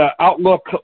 Outlook